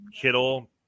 Kittle